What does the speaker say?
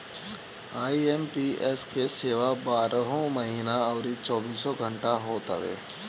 IMPS के सेवा बारहों महिना अउरी चौबीसों घंटा होत हवे